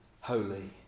holy